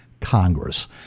Congress